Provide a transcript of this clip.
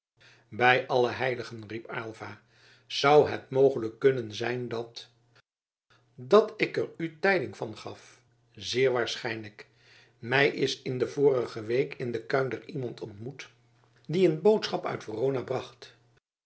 bij alle heiligen riep aylva zou het mogelijk kunnen zijn dat dat ik er u tijding van gaf zeer waarschijnlijk mij is in de vorige week in de kuinder iemand ontmoet die een boodschap uit verona bracht